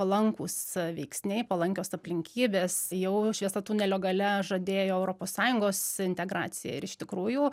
palankūs veiksniai palankios aplinkybės jau šviesa tunelio gale žadėjo europos sąjungos integraciją ir iš tikrųjų